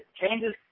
Changes